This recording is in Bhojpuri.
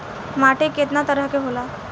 माटी केतना तरह के होला?